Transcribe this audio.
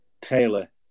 Taylor